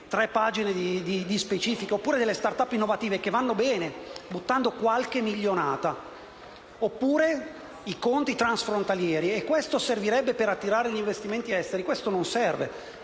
(tre pagine di specifica), oppure di *start up* innovative, che vanno bene, buttando qualche milionata. Oppure avete parlato di conti transfrontalieri. Questo servirebbe per attirare gli investimenti esteri? Questo non serve.